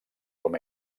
com